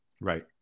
Right